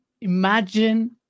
Imagine